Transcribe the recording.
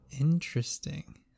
interesting